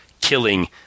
killing